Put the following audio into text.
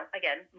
again